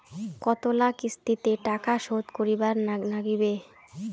কতোলা কিস্তিতে টাকা শোধ করিবার নাগীবে?